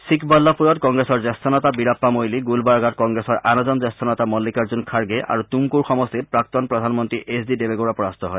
ছিকবাল্লাপুৰত কংগ্ৰেছৰ জ্যেষ্ঠনেতা বীৰাপ্পা মৈলী গুলবাৰ্গাত কংগ্ৰেছৰ আন এজন জ্যেষ্ঠ নেতা মন্নিকাৰ্জুন খাৰ্গে আৰু টুমকুৰ সমষ্টিত প্ৰাক্তন প্ৰধানমন্তী এইছ ডি দেবেগৌড়া পৰাস্ত হয়